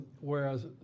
Whereas